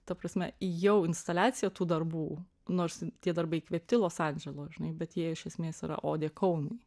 ta prasme į jau instaliaciją tų darbų nors tie darbai įkvėpti los andželo žinai bet jie iš esmės yra odė kaunui